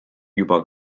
juba